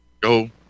Go